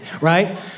right